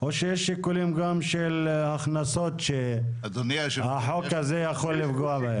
או שיש גם שיקולים של הכנסות שהחוק הזה יכול לפגוע בהן.